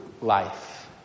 life